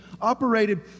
operated